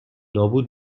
نابود